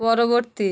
পরবর্তী